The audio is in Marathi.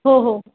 हो हो